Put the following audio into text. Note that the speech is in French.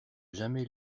jamais